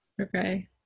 Okay